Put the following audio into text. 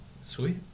Sweet